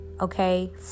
okay